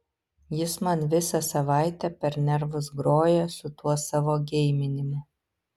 jis man visą savaitę per nervus groja su tuo savo geiminimu